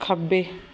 ਖੱਬੇ